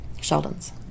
Sheldon's